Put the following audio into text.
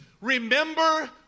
remember